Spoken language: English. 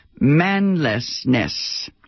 manlessness